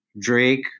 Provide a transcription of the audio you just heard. Drake